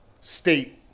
state